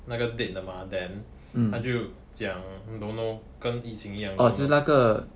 那个 date 的 mah then 他就讲 don't know 跟 yiqing 一样 loh